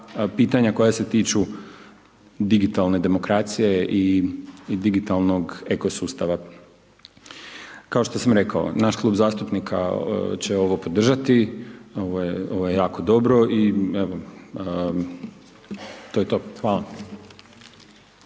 pitanja koja se tiču digitalne demokracije i digitalnog eko sustava. Kao što sam rekao, naš klub zastupnika će ovo podržati, ovo je jako dobro i evo to je to. Hvala.